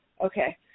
Okay